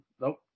nope